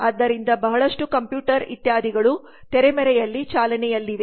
ಆದ್ದರಿಂದ ಬಹಳಷ್ಟು ಕಂಪ್ಯೂಟರ್ ಇತ್ಯಾದಿಗಳು ತೆರೆಮರೆಯಲ್ಲಿ ಚಾಲನೆಯಲ್ಲಿವೆ